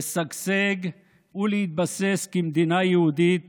לשגשג ולהתבסס כמדינה יהודית